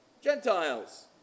Gentiles